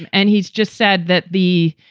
and he's just said that the.